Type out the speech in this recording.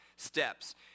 steps